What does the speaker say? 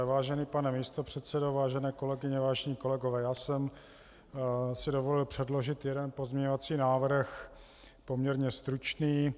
Vážený pane místopředsedo, vážené kolegyně, vážení kolegové, já jsem si dovolil předložit jeden pozměňovací návrh, poměrně stručný.